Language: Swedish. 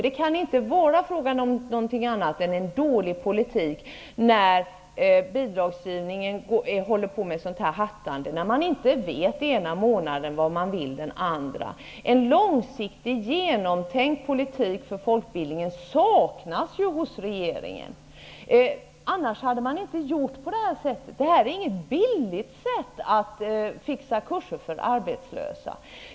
Det kan inte vara fråga om något annat än en dålig politik, när man i fråga om bidragsgivningen håller på med ett sådant hattande, och när man den ena månaden inte vet vad man vill nästa. En långsiktig och genomtänkt politik för folkbildningen saknas hos regeringen. Annars hade man inte gjort på detta sätt. Detta är inget billigt sätt att fixa kurser för arbetslösa.